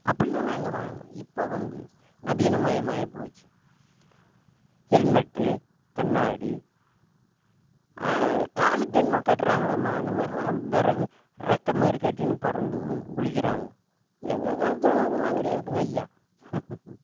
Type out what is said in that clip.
அப்படிலாம் நாங்கள் வாழ்ந்தோம் இப்போது வந்து நவீனமயம் ஆகிப்போச்சி ஹெல்மெட்டு கண்ணாடி அது காலுக்கு என்னமோ கட்டுறாங்கலாமே அந்தமாதிரிலாம் விறகு ரெக்கை மாதிரி கட்டின்னு பறந்து குளிக்கறாங்க எங்கள் காலத்துலெலாம் அதெலாம் கிடையாதுங்கய்யா